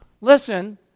Listen